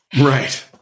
right